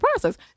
process